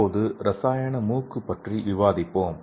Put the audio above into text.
இப்போது ரசாயன மூக்கு பற்றி விவாதிப்போம்